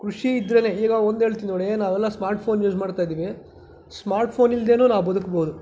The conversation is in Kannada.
ಕೃಷಿ ಇದ್ದರೇನೆ ಈಗ ಒಂದು ಹೇಳ್ತೀನಿ ನೋಡಿ ನಾವೆಲ್ಲ ಸ್ಮಾರ್ಟ್ ಫೋನ್ ಯೂಸ್ ಮಾಡ್ತಾಯಿದ್ದೀವಿ ಸ್ಮಾರ್ಟ್ ಫೋನ್ ಇಲ್ದೇನೂ ನಾವು ಬದುಕ್ಬೋದು